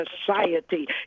society